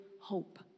hope